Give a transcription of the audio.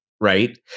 Right